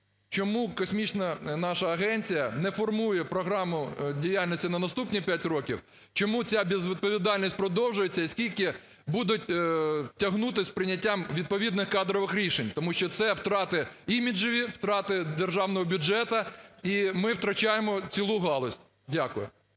Чому Космічна наша агенція не формує програму діяльності на наступні 5 років? Чому ця безвідповідальність продовжується? І скільки будуть тягнути з прийняттям відповідних кадрових рішень, тому що це втрати іміджеві, втрати державного бюджету і ми втрачаємо цілу галузь? Дякую.